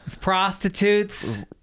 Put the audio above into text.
prostitutes